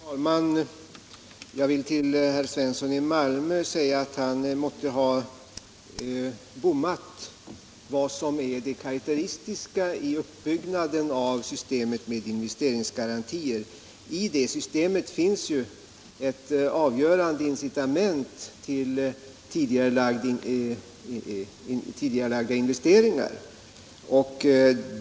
Herr talman! Jag vill till herr Svensson i Malmö säga att han måtte ha förbisett vad som är det karakteristiska i uppbyggnaden av systemet med investeringsgarantier. I det systemet finns ett avgörande incitament till tidigarelagda investeringar.